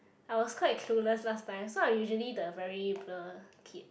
I was quite clueless last time so I usually the very blur kid